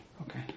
Okay